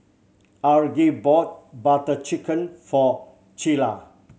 Aggie bought Butter Chicken for Cilla